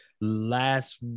Last